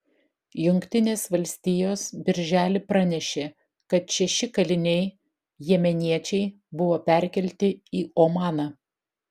jungtinės valstijos birželį pranešė kad šeši kaliniai jemeniečiai buvo perkelti į omaną